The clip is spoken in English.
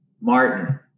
Martin